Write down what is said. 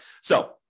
So-